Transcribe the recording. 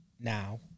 now